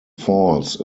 falls